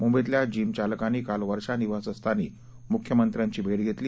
मुंबईतल्या जिम चालकांनी काल वर्षा निवासस्थानी मुख्यमंत्र्यांची भेट घेतली